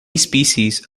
species